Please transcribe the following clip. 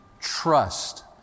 trust